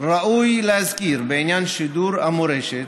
ראוי להזכיר בעניין שידור ערוץ מורשת: